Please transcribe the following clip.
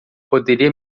poderia